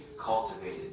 cultivated